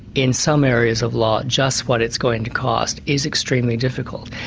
in some areas of law, just what it's going to cost, is extremely difficult.